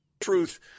Truth